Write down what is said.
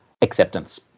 acceptance